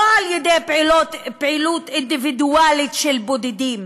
לא על ידי פעילות אינדיבידואלית של בודדים,